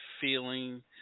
feeling